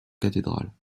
cathédrale